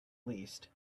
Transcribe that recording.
least